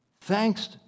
Thanks